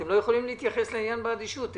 אתם לא יכולים להתייחס לעניין באדישות.